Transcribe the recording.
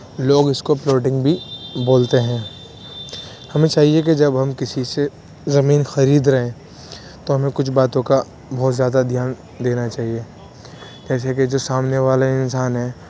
لوگ اس کو پلاٹنگ بھی بولتے ہیں ہمیں چاہیے کہ جب ہم کسی سے زمین خرید رہے ہیں تو ہمیں کچھ باتوں کا بہت زیادہ دھیان دینا چاہیے جیسے کہ جو سامنے والا انسان ہے